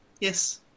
Yes